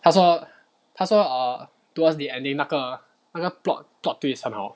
他说他说 err towards the ending 那个那个 plot plot twist 很好